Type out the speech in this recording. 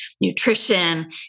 Nutrition